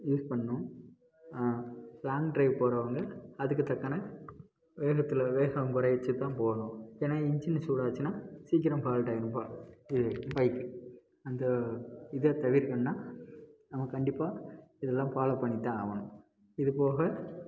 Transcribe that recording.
use பண்ணணும் long drive போகிறவங்க அதுக்கு தக்கன வேகத்தில் வேகம் குறைத்துத் தான் போகணும் ஏன்னால் இன்ஜின் சூடாச்சுனால் சீக்கிரம் ஃபால்ட்டாகிரும் பா இது பைக்கு அந்த இதை தவிர்க்கணுனால் நம்ம கண்டிப்பாக இதெலாம் ஃபாலோவ் பண்ணித்தான் ஆகணும் இதுபோக